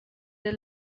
the